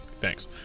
Thanks